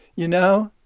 you know,